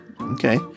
Okay